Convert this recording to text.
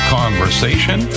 conversation